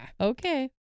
Okay